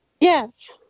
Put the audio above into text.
Yes